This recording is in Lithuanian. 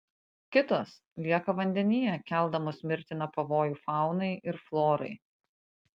kitos lieka vandenyje keldamos mirtiną pavojų faunai ir florai